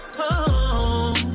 home